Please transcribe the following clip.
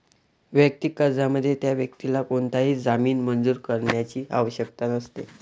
वैयक्तिक कर्जामध्ये, त्या व्यक्तीला कोणताही जामीन मंजूर करण्याची आवश्यकता नसते